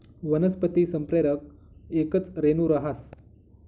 वनस्पती संप्रेरक येकच रेणू रहास